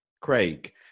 Craig